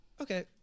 okay